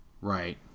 Right